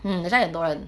mm that's why 很多人